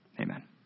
Amen